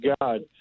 God